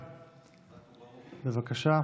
דרוך",